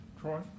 Troy